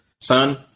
son